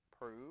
prove